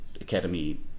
Academy